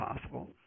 possible